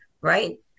right